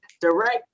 direct